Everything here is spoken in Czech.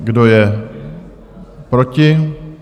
Kdo je proti?